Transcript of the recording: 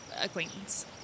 acquaintance